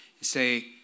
say